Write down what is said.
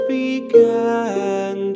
began